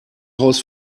haus